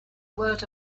word